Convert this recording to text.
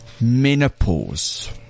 Menopause